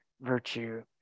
virtue